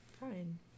fine